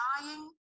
dying